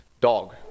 dog